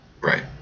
Right